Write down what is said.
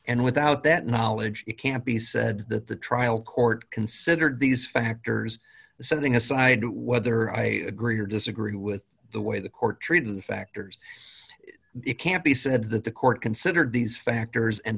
and without that knowledge it can't be said that the trial court considered these factors setting aside whether i agree or disagree with the way the court treated the factors it can't be said that the court considered these factors and